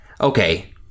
okay